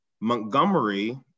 Montgomery